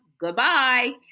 goodbye